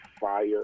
fire